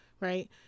right